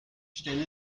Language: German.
stelle